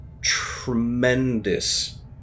tremendous